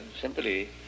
Simply